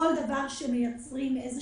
כל דבר שמייצרים איזו